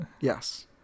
Yes